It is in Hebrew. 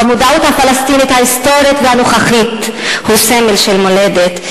במודעות הפלסטינית ההיסטורית והנוכחית הוא סמל של מולדת,